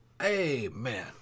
Amen